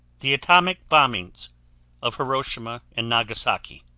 the atomic bombings of hiroshima and nagasaki